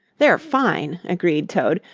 they're fine, agreed toad,